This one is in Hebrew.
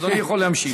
אדוני יכול להמשיך.